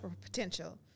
potential